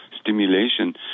stimulation